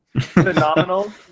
Phenomenal